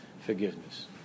forgiveness